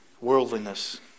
worldliness